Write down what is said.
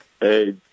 Hey